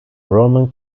roman